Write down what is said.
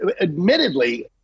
admittedly